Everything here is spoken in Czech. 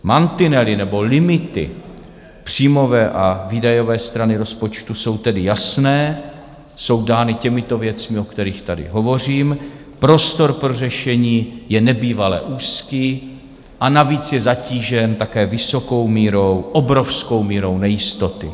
Mantinely nebo limity příjmové a výdajové strany rozpočtu jsou tedy jasné, jsou dány těmito věcmi, o kterých tady hovořím, prostor pro řešení je nebývale úzký, a navíc je zatížen také vysokou mírou, obrovskou mírou nejistoty.